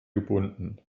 gebunden